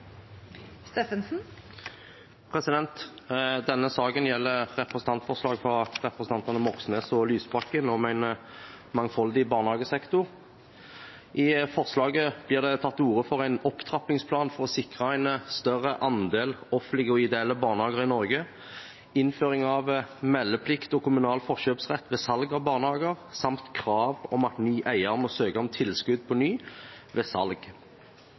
Denne saken gjelder representantforslag fra representantene Lysbakken og Moxnes om en mangfoldig barnehagesektor. I forslaget blir det tatt til orde for en opptrappingsplan for å sikre en større andel offentlige og ideelle barnehager i Norge, innføring av meldeplikt og kommunal forkjøpsrett ved salg av barnehager samt krav om at ny eier må søke om tilskudd på ny ved salg.